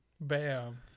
Bam